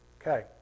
Okay